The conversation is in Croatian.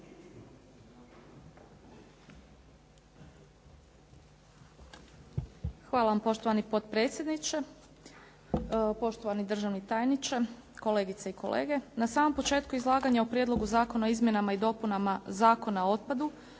Hvala vam, poštovani potpredsjedniče. Poštovani državni tajniče, kolegice i kolege. Na samom početku izlaganja o Prijedlogu zakona o izmjenama i dopunama Zakona o otpadu,